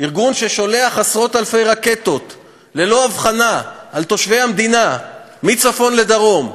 ארגון ששולח עשרות-אלפי רקטות ללא הבחנה על תושבי המדינה מצפון לדרום,